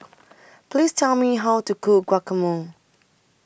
Please Tell Me How to Cook Guacamole